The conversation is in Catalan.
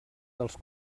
dels